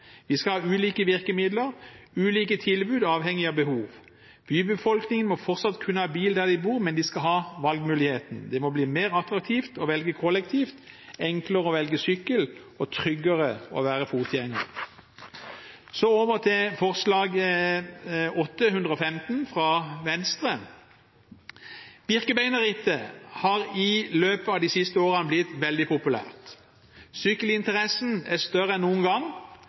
Vi skal ha ulike virkemidler, ulike tilbud avhengig av behov. Bybefolkningen må fortsatt kunne ha bil der de bor, men de skal ha valgmuligheten. Det må bli mer attraktivt å velge kollektivt, enklere å velge sykkel og tryggere å være fotgjenger. Så over til Dokument 8:115 S, fra Venstre. Birkebeinerrittet har i løpet av de siste årene blitt veldig populært. Sykkelinteressen er større enn noen gang.